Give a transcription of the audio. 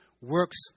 works